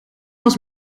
was